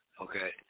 okay